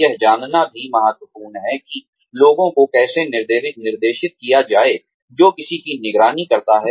यह जानना भी महत्वपूर्ण है कि लोगों को कैसे निर्देशित किया जाए जो किसी की निगरानी करता है